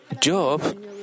Job